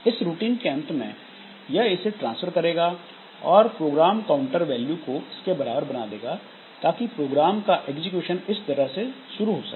इस रूटीन के अंत में यह इसे ट्रांसफर करेगा और प्रोग्राम काउंटर वैल्यू को इसके बराबर बना देगा ताकि प्रोग्राम का एग्जीक्यूशन इस जगह से शुरू हो सके